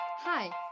Hi